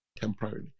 temporarily